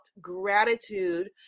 gratitude